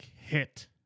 hit